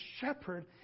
shepherd